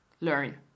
learn